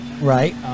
right